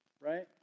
right